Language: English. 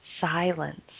silence